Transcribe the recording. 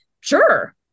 Sure